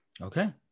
Okay